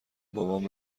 بابام